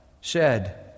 shed